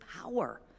power